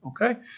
Okay